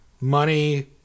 money